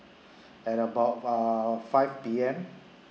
at about err five P_M